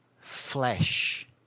flesh